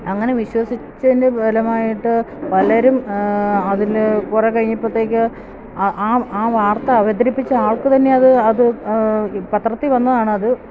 അങ്ങനെ വിശ്വസിച്ചതിന്റെ ഫലമായിട്ട് പലരും അതില് കുറെ കഴിഞ്ഞപ്പോഴത്തേക്ക് ആ ആ വാർത്ത അവതരിപ്പിച്ച ആൾക്ക് തന്നെ അത് അത് പത്രത്തില് വന്നതാണത്